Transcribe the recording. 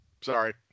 Sorry